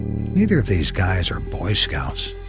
neither of these guys are boy scouts,